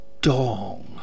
dong